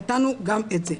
נתנו גם את זה.